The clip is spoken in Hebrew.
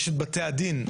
יש את בתי הדין,